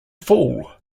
fool